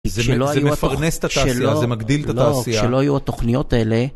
זה מפרנס את התעשייה, זה מגדיל את התעשייה כשלא היו התוכניות האלה